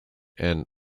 and